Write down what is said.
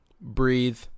breathe